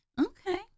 Okay